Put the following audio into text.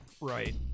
Right